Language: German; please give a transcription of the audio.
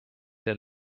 der